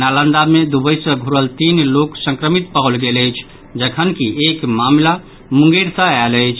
नालंदा मे दुबई सॅ घुड़ल तीन लोक संक्रमित पाओल गेल अछि जखनकि एक मामिला मुंगेर सॅ आयल अछि